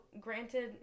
granted